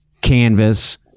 Canvas